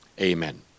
Amen